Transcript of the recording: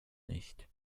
nicht